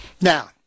now